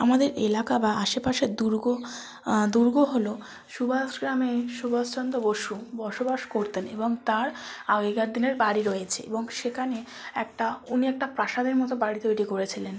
আমাদের এলাকা বা আশেপাশের দুর্গ দুর্গ হলো সুভাষগ্রামে সুভাষচন্দ বসু বসবাস করতেন এবং তার আগেকার দিনের বাড়ি রয়েছে এবং সেখানে একটা উনি একটা প্রাসাদের মতো বাড়ি তৈরি করেছিলেন